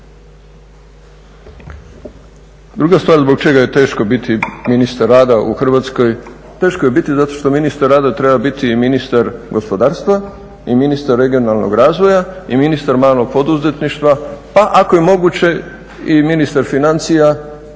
Druga stvar zbog čega je teško biti ministar rada u Hrvatskoj, teško je biti zato što ministar rada treba biti i ministar gospodarstva i ministar regionalnog razvoja i ministar malog poduzetništva, pa ako je moguće i ministar financija,